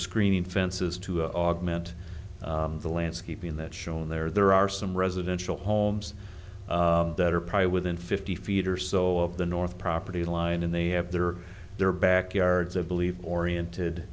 screening fences to augment the landscaping that shown there there are some residential homes that are probably within fifty feet or so of the north property line and they have their or their backyards i believe oriented